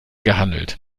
gehandelt